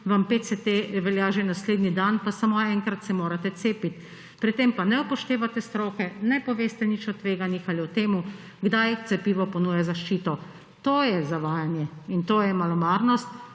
vam PCT velja že naslednji dan, pa samo enkrat se morate cepiti, pri tem pa ne upoštevate stroke, ne poveste nič o tveganjih ali o tem, kdaj cepivo ponuja zaščito. To je zavajanje in to je malomarnost.